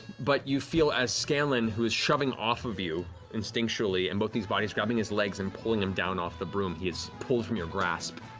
but you feel as scanlan, who was shoving off of you instinctually and both of these bodies grabbing his legs and pulling him down off the broom, he is pulled from your grasp,